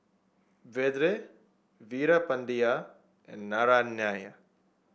Vedre Veerapandiya and Naraina